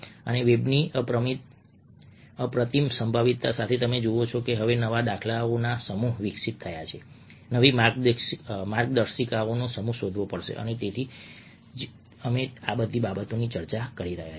અને વેબની અપ્રતિમ સંભવિતતા સાથે તમે જુઓ છો કે હવે નવા દાખલાઓનો સમૂહ વિકસિત થયો છે નવી માર્ગદર્શિકાઓનો સમૂહ શોધવો પડશે અને તેથી જ અમે આ બધી બાબતોની ચર્ચા કરી રહ્યા છીએ